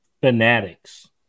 fanatics